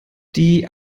die